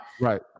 Right